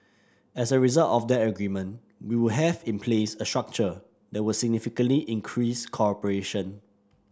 as a result of that agreement we would have in place a structure that would significantly increase cooperation